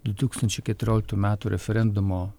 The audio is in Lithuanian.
du tūkstančiai keturioliktų metų referendumo